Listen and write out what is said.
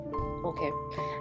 okay